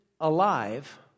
alive